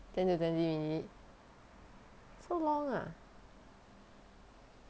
ten to twenty minute so long ah